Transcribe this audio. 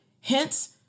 Hence